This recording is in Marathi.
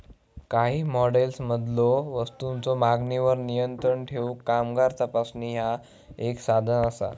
काही मॉडेल्समधलो वस्तूंच्यो मागणीवर नियंत्रण ठेवूक कामगार तपासणी ह्या एक साधन असा